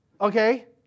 Okay